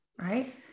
right